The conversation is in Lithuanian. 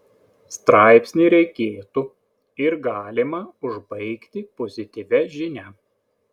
straipsnį reikėtų ir galima užbaigti pozityvia žinia